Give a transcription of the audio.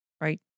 right